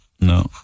No